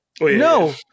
No